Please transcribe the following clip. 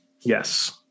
Yes